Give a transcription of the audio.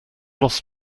lost